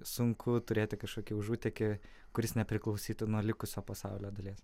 sunku turėti kažkokį užutekį kuris nepriklausytų nuo likusio pasaulio dalies